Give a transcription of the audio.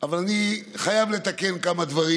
אבל אני חייב לתקן כמה דברים,